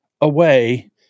away